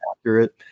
accurate